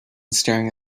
staring